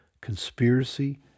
conspiracy